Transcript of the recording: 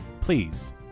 Please